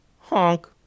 Honk